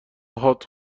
هات